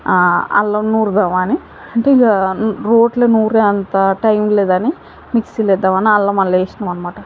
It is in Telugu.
అల్లం నూరుదాము అని అంటే ఇక రోట్లో నూరే అంత టైం లేదని మిక్సీలో వేద్దాము అని అల్లం అల్ల వేసినాము అన్నమాట